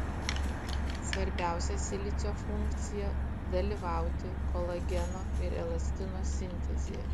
svarbiausia silicio funkcija dalyvauti kolageno ir elastino sintezėje